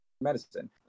medicine